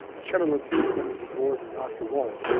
chairman lateef, members of the board, and dr. walt,